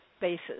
basis